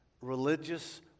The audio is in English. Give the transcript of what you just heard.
religious